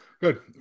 Good